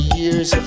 years